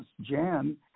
Jan